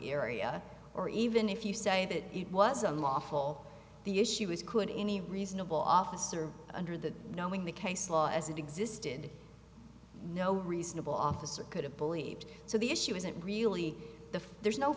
area or even if you say that it was unlawful the issue is could any reasonable officer under the knowing the case law as it existed no reasonable officer could have believed so the issue isn't really the there's no